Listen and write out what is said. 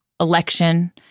election